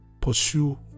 pursue